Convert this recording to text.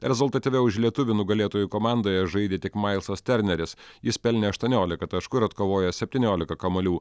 rezultatyviau už lietuvį nugalėtojų komandoje žaidė tik mailsas terneris jis pelnė aštuoniolika taškų ir atkovojo septyniolika kamuolių